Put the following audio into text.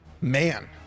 Man